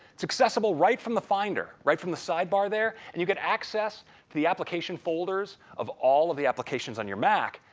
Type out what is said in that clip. its accessible right from the finder, right from the side bar there, and you get access the the application folders of all of the applications on your mac.